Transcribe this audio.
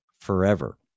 forever